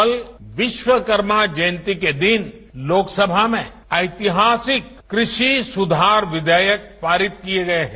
कल विश्वकर्मा जयंती के दिन लोकसभा में ऐतिहासिक कृषि सुधार विधेयक पारित किए गए हैं